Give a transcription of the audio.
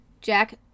Jack